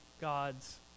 God's